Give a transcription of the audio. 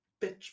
bitch